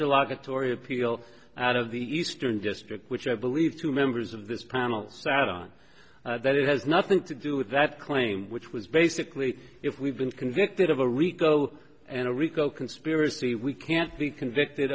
atory appeal out of the eastern district which i believe two members of this panel sat on that it has nothing to do with that claim which was basically if we've been convicted of a rico and a rico conspiracy we can't be convicted